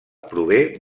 prové